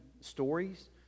stories